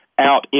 out